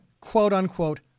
quote-unquote